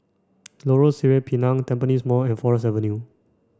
Lorong Sireh Pinang Tampines Mall and Forest